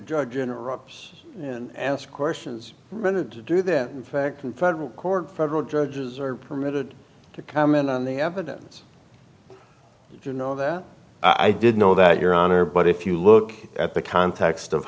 general rupp's and ask questions rendered to do then in fact in federal court federal judges are permitted to comment on the evidence if you know that i did know that your honor but if you look at the context of